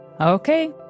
Okay